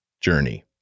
journey